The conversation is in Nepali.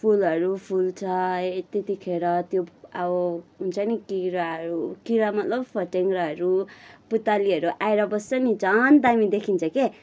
फुलहरू फुल्छ है त्यतिखेर त्यो अब हुन्छ नि किराहरू किरा मतलब फट्याङ्ग्राहरू पुतलीहरू आएर बस्छ नि झन् दामी देखिन्छ क्या